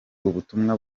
ubutumwa